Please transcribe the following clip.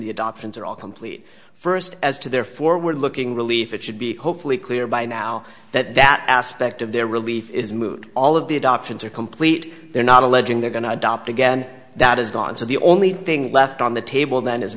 the adoptions are all complete first as to their forward looking relief it should be hopefully clear by now that that aspect of their relief is moot all of the adoptions are complete they're not alleging they're going to adopt again that is gone so the only thing left on the table then is